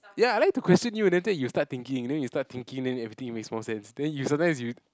ya I like to question you then after that you start thinking then you start thinking then everything makes more sense then you sometimes you